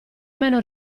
meno